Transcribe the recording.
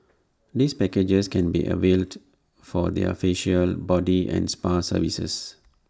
these packages can be availed for their facial body and spa services